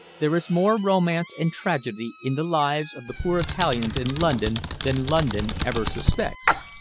there is more romance and tragedy in the lives of the poor italians in london than london ever suspects.